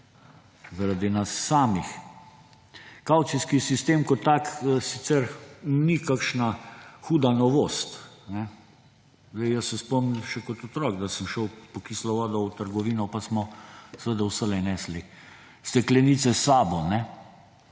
zaradi nas samih. Kavcijski sistem kot tak sicer ni kakšna huda novost. Jaz se spomnim še kot otrok, da sem šel po kislo vodo v trgovino, pa smo seveda vselej nesli steklenice s sabo.